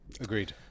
Agreed